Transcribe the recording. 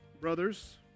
brothers